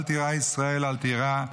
אל תירא, ישראל, אל תירא.